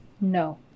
no